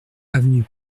avenue